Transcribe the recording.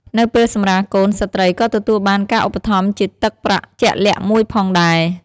នៅពេលសម្រាលកូន ស្ត្រីក៏ទទួលបានការឧបត្ថម្ភជាទឹកប្រាក់ជាក់លាក់មួយផងដែរ។